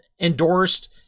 endorsed